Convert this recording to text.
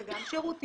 זה גם שירותים,